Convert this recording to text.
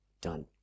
done